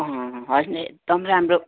होइन एकदम राम्रो